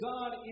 God